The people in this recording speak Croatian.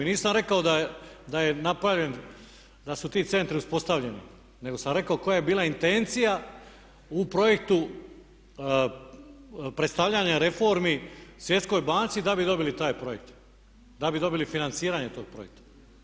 Nisam rekao da je napravljen, da su ti centri uspostavljeni nego sam rekao koja je bila intencija u projektu predstavljanja reformi Svjetskoj banci da bi dobili taj projekt, da bi dobili financiranje tog projekta.